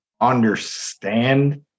understand